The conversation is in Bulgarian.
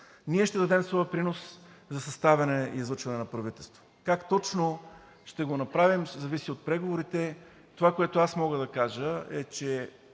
Ние ще дадем своя принос за съставянето и излъчването на правителство, а как точно ще го направим, ще зависи от преговорите. Това, което аз мога да кажа, е, че